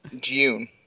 June